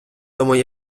тому